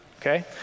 okay